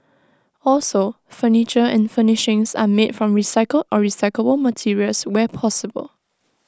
also furniture and furnishings are made from recycled or recyclable materials where possible